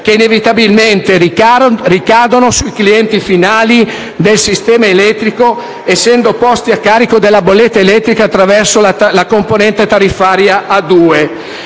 che inevitabilmente ricadono sui clienti finali del sistema elettrico, essendo posti a carico della bolletta elettrica attraverso la componente tariffaria A2.